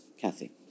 Kathy